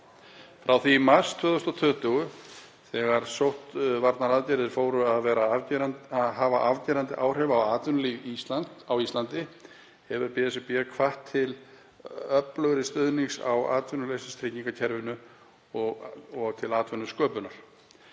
Frá því í mars 2020, þegar sóttvarnaaðgerðir fóru að hafa afgerandi áhrif á atvinnulíf á Íslandi, hefur BSRB hvatt til öflugri stuðnings í atvinnuleysistryggingakerfinu og atvinnusköpunar.